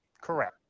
Correct